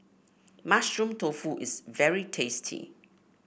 Mushroom Tofu is very tasty